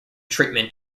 treatment